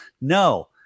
No